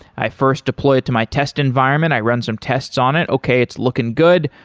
i first deploy it to my test environment. i run some tests on it, okay it's looking good,